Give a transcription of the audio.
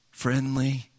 Friendly